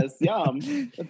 yum